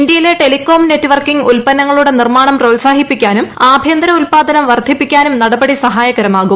ഇന്ത്യയിലെ telecom networking ഉല്പന്നങ്ങളുടെ നിർമ്മാണം പ്രോത്സാഹിപ്പിക്കാനും ആഭ്യന്തര ഉല്പാദനം വർദ്ധിപ്പിക്കാനും നടപടി സഹായകരമാകും